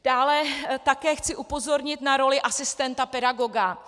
Dále také chci upozornit na roli asistenta pedagoga.